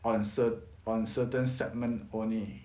on cert~ on certain segment only